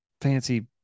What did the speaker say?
fancy